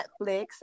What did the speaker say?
Netflix